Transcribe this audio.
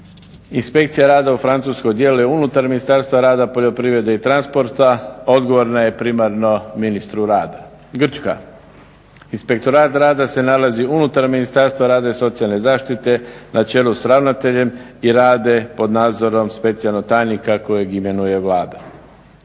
inspekcija rada u Francuskoj djeluje unutar Ministarstva rada, poljoprivrede i transporta, odgovorna je primarno ministru rada. Grčka, inspektorat rada se nalazi unutar Ministarstva rada i socijalne zaštite na čelu sa ravnateljem i rade pod nadzorom specijalnog tajnika kojeg imenuje Vlada.